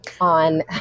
on